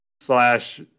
slash